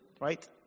right